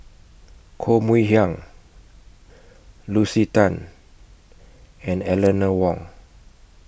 Koh Mui Hiang Julie Lucy Tan and Eleanor Wong